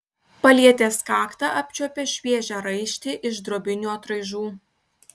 palietęs kaktą apčiuopė šviežią raištį iš drobinių atraižų